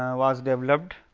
was developed,